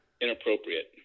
inappropriate